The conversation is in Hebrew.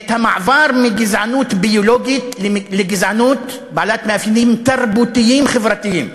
את המעבר מגזענות ביולוגית לגזענות בעלת מאפיינים תרבותיים-חברתיים.